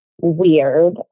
weird